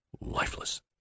lifeless